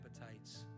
appetites